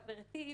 חברתי,